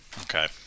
Okay